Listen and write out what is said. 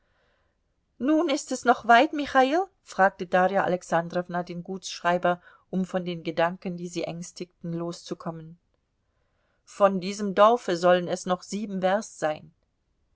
nun ist es noch weit michail fragte darja alexandrowna den gutsschreiber um von den gedanken die sie ängstigten loszukommen von diesem dorfe sollen es noch sieben werst sein